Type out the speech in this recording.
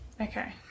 Okay